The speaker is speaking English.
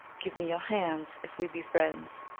give me your hands, if we be friends,